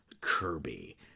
Kirby